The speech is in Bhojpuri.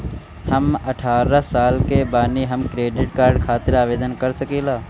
हम अठारह साल के बानी हम क्रेडिट कार्ड खातिर आवेदन कर सकीला?